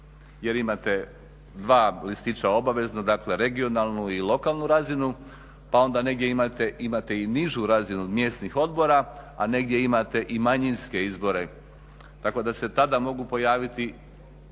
jer imate dva listića obavezno, dakle regionalnu i lokalnu razinu pa onda negdje imate i nižu razinu mjesnih odbora, a negdje imate i manjinske izbore. Tako da se tada mogu pojaviti